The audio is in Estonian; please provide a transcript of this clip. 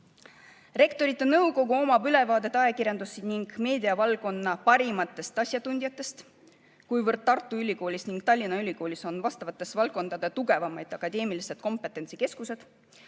Rektorite Nõukogu omab ülevaadet ajakirjanduse ning meediavaldkonna parimatest asjatundjatest, kuivõrd Tartu Ülikoolis ning Tallinna Ülikoolis on vastavate valdkondade tugevaimad akadeemilised kompetentsikeskused.